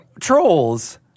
trolls